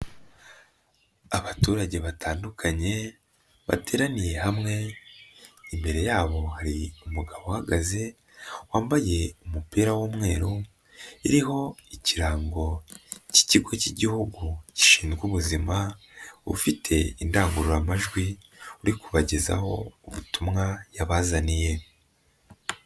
Abaturage batandukanye bateraniye hamwe, imbere yabo hari umugabo uhagaze wambaye umupira w'umweru, uriho ikirango cy'ikigo cy'igihugu gishinzwe ubuzima, afite indangururamajwi ari kubagezaho ubutumwa yabazaniye.